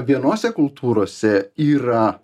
vienose kultūrose yra